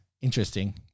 interesting